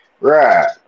Right